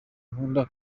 nkunda